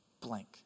blank